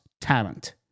talent